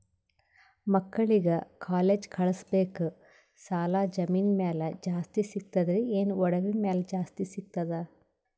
ಮಕ್ಕಳಿಗ ಕಾಲೇಜ್ ಕಳಸಬೇಕು, ಸಾಲ ಜಮೀನ ಮ್ಯಾಲ ಜಾಸ್ತಿ ಸಿಗ್ತದ್ರಿ, ಏನ ಒಡವಿ ಮ್ಯಾಲ ಜಾಸ್ತಿ ಸಿಗತದ?